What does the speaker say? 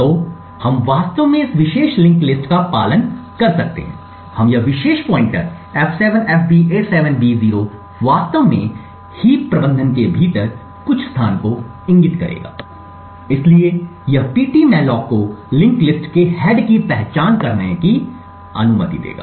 तो हम वास्तव में इस विशेष लिंक्ड लिस्ट का पालन कर सकते हैं हम यह विशेष पॉइंटर् f7fb87b0 वास्तव में हीप प्रबंधन के भीतर कुछ स्थान को इंगित करेगा इसलिए यह पीटीमेलाक को लिंक्ड लिस्ट के हैड की पहचान करने की अनुमति देगा